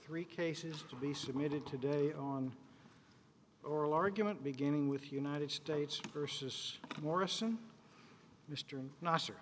three cases to be submitted today on oral argument beginning with united states versus morrison mr n